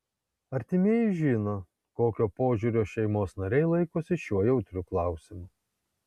artimieji žino kokio požiūrio šeimos nariai laikosi šiuo jautriu klausimu